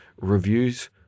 reviews